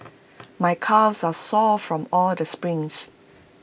my calves are sore from all the sprints